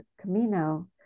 Camino